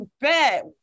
bet